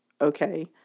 okay